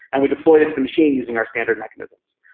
and we deployed it to the machine using our standard mechanisms.